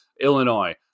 Illinois